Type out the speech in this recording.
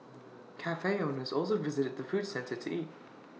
Cafe owners also visit the food centre to eat